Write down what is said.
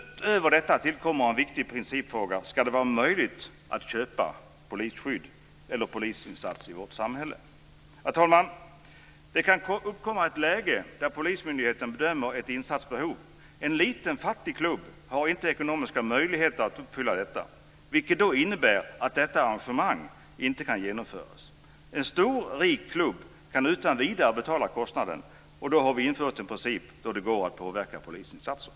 Till detta kommer en viktig principfråga, nämligen om det ska vara möjligt att "köpa" ett polisskydd eller en polisinsats i vårt samhälle. Fru talman! Det kan uppkomma ett läge där polismyndigheten bedömer att ett insatsbehov finns. En liten fattig klubb kanske inte har ekonomiska möjligheter att uppfylla detta, vilket innebär att arrangemanget i fråga inte kan genomföras. En stor och rik klubb kan däremot utan vidare betala kostnaden. Vi har alltså ett tillstånd där det går att påverka polisinsatser.